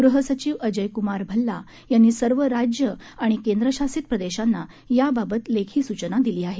गृह सचिव अजय कुमार भल्ला यांनी सर्व राज्य आणि केंद्रशासित प्रदेशांना याबाबत लेखी सूचना दिली आहे